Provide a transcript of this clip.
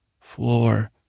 Floor